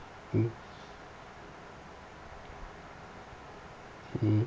mm mm